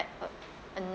a a ni~